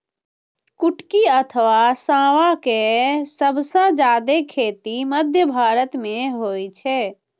कुटकी अथवा सावां के सबसं जादे खेती मध्य भारत मे होइ छै